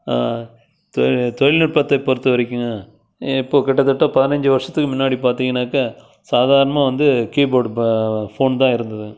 தொழில்நுட்பத்தை பொருத்தவரைக்கும் இப்போ கிட்டத்தட்ட பதினைஞ்சி வருஷத்துக்கு முன்னாடி பார்த்திங்கனாக்க சாதாரணமாக வந்து கீபோர்டு ப ஃபோன் தான் இருந்தது